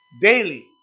Daily